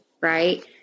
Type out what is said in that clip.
right